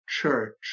church